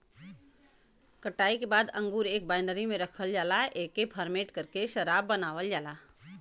कटाई के बाद अंगूर एक बाइनरी में रखल जाला एके फरमेट करके शराब बनावल जाला